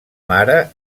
mare